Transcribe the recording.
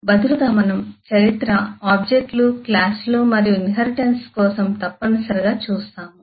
బదులుగా మనం చరిత్ర ఆబ్జెక్ట్ లు క్లాసులు మరియు ఇన్హెరిటెన్స్ కోసం తప్పనిసరిగా చూస్తాము